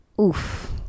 Oof